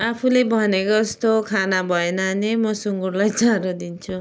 आफूले भनेको जस्तो खाना भएन भने म सुँगुरलाई चारो दिन्छु